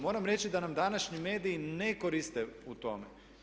Moram reći da nam današnji mediji ne koriste u tome.